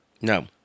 No